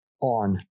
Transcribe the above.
on